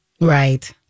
Right